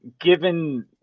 given